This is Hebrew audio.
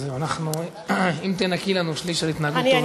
אם תנכי לנו שליש על התנהגות טובה, זה יהיה נחמד.